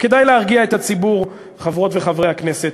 וכדאי להרגיע את הציבור, חברות וחברי הכנסת.